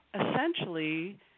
essentially